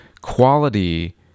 quality